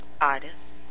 artists